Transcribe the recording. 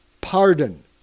pardon